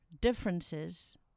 differences –